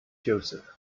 joseph